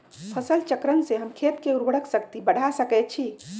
फसल चक्रण से हम खेत के उर्वरक शक्ति बढ़ा सकैछि?